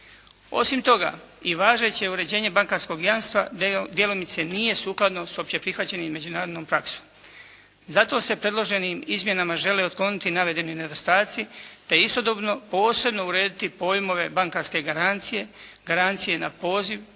Osim toga i važeće uređenje bankarskog jamstva djelomice nije sukladno s opće prihvaćenim međunarodnom praksom. Zato se predloženim izmjenama žele otkloniti navedeni nedostaci, te istodobno posebno urediti pojmove bankarske garancije, garancije na poziv,